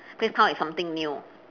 please come up with something new